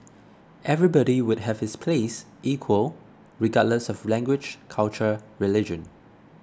everybody would have his place equal regardless of language culture religion